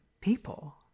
people